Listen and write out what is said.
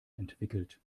entwickelt